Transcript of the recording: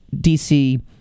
DC